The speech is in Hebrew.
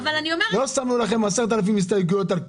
לא שמנו לכם 10,000 הסתייגויות על כלום.